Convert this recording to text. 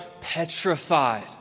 petrified